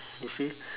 you see